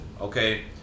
Okay